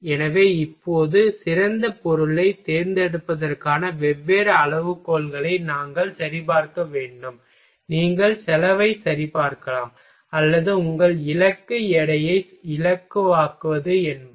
எனவே இப்போது சிறந்த பொருளைத் தேர்ந்தெடுப்பதற்கான வெவ்வேறு அளவுகோல்களை நாங்கள் சரிபார்க்க வேண்டும் நீங்கள் செலவைச் சரிபார்க்கலாம் அல்லது உங்கள் இலக்கு எடையை இலகுவாக்குவது என்பதால்